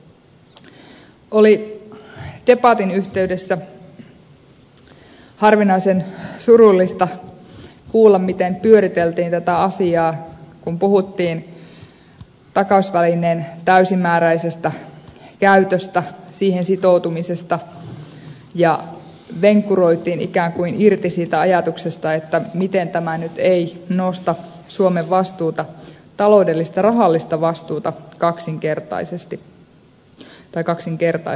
oli debatin yhteydessä harvinaisen surullista kuulla miten pyöriteltiin tätä asiaa kun puhuttiin takausvälineen täysimääräisestä käytöstä siihen sitoutumisesta ja ikään kuin venkuroitiin irti siitä ajatuksesta miten tämä ei nyt nosta suomen vastuuta taloudellista rahallista vastuuta kaksinkertaiseksi